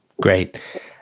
Great